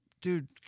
Dude